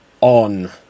on